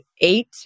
eight